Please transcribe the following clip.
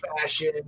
fashion